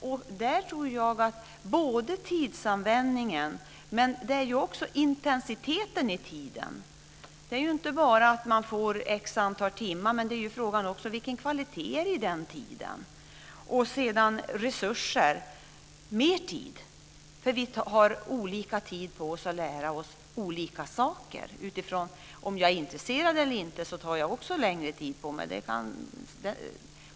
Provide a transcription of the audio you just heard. Jag tror att det handlar om tidsanvändningen, men det handlar också om intensiteten under den tiden. Det är inte bara fråga om att man får ett visst antal timmar. Det är också fråga om vilken kvalitet det är under den tiden. Sedan handlar det om resurser och mer tid. Vi tar olika lång tid på oss för att lära oss olika saker. Det beror också på om jag är intresserad eller inte.